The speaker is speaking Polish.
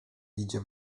idzie